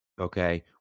okay